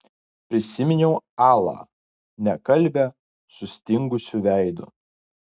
prisiminiau alą nekalbią sustingusiu veidu